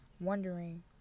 wondering